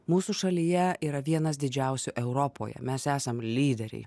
mūsų šalyje yra vienas didžiausių europoje mes esam lyderiai